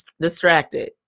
distracted